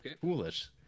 foolish